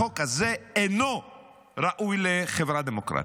החוק הזה אינו ראוי לחברה דמוקרטית.